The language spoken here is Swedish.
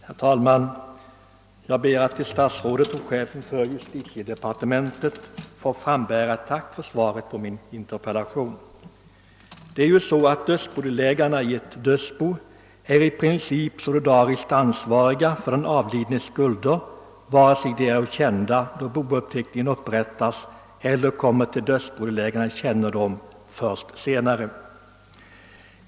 Herr talman! Jag ber att till statsrådet och chefen för justitiedepartementet få frambära ett tack för svaret på min interpellation. Delägarna i ett dödsbo är i princip solidariskt ansvariga för den avlidnes skulder vare sig dessa är kända då bouppteckningen upprättas eller kommer till dödsbodelägarnas kännedom först senare.